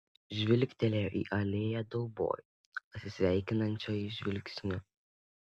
žvilgtelėjo į alėją dauboj atsisveikinančiojo žvilgsniu